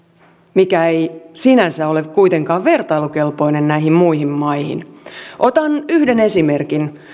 mikä ei sinänsä ole kuitenkaan vertailukelpoinen näihin muihin maihin nähden otan yhden esimerkin